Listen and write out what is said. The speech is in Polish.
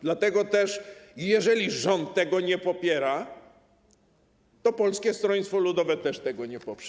Dlatego też, jeżeli rząd tego nie popiera, to Polskie Stronnictwo Ludowe też tego nie poprze.